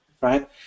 right